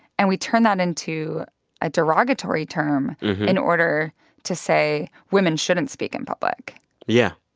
and we turn that into a derogatory term in order to say women shouldn't speak in public yeah.